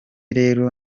rero